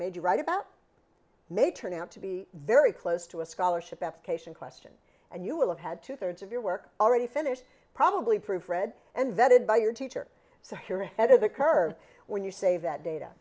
made you write about may turn out to be very close to a scholarship application question and you will have had two thirds of your work already finished probably proof read and vetted by your teacher so here ahead of the curve when you say that data